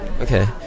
Okay